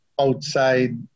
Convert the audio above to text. outside